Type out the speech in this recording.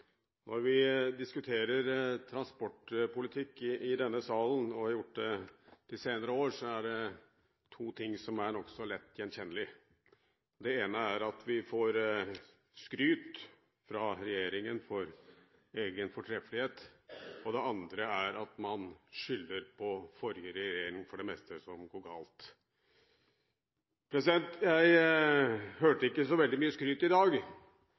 Når vi diskuterer transportpolitikk i denne salen, og når vi har gjort det de senere år, er det to ting som er nokså lett gjenkjennelig. Det ene er at regjeringen skryter av egen fortreffelighet, og det andre er at man skylder på forrige regjering for det meste som går galt. Jeg hørte ikke så veldig mye skryt i dag,